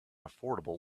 affordable